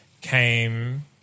came